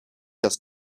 does